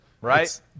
right